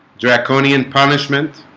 draconian punishment